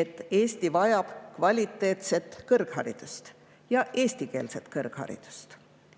et Eesti vajab kvaliteetset kõrgharidust, seejuures eestikeelset kõrgharidust.